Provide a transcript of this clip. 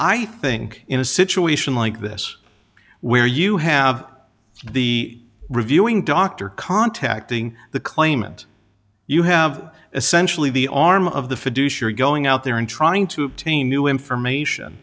i think in a situation like this where you have the reviewing doctor contacting the claimant you have essentially the arm of the fiduciary going out there and trying to obtain new information